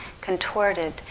contorted